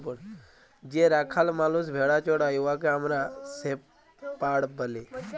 যে রাখাল মালুস ভেড়া চরাই উয়াকে আমরা শেপাড় ব্যলি